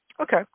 Okay